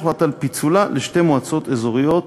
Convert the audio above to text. הוחלט על פיצולה לשתי מועצות אזוריות: